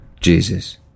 Jesus